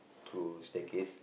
to staircase